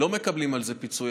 לא מקבלים על זה פיצוי,